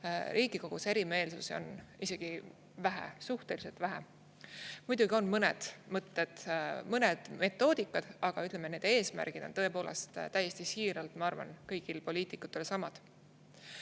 Riigikogus erimeelsusi on isegi vähe, suhteliselt vähe. Muidugi on mõned mõtted, mõned metoodikad [erinevad], aga need eesmärgid on tõepoolest täiesti siiralt, ma arvan, kõigil poliitikutel samad. Riina